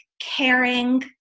caring